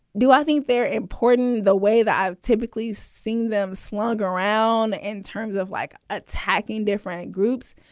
do i think they're important the way that i've typically seen them slog around in terms of like attacking different groups?